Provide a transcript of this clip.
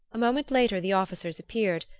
a moment later the officers appeared,